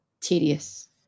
tedious